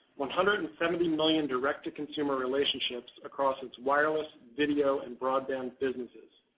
one hundred and seventy million direct-to-consumer relationships across its wireless, video and broadband businesses.